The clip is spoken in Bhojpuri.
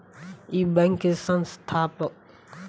इ बैंक के स्थापक सर सोराबजी पोचखानावाला रहले